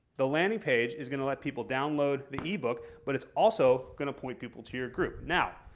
the landing page is going to let people download the ebook, but it's also going to point people to your group. now,